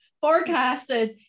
forecasted